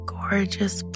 gorgeous